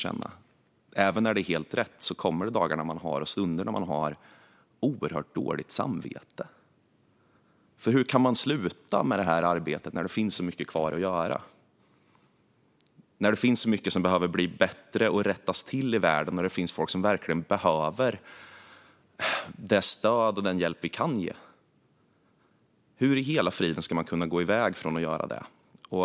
Men även om det är helt rätt kommer det dagar och stunder när man har oerhört dåligt samvete. Det tror jag att många som avslutar sin tid här kan känna. Hur kan man sluta när det finns så mycket kvar att göra? Det finns ju så mycket som behöver bli bättre och rättas till i världen, och det finns folk som verkligen behöver det stöd och den hjälp vi kan ge. Hur i hela friden ska man kunna gå från att göra det?